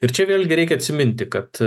ir čia vėlgi reikia atsiminti kad